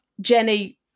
Jenny